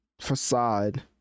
facade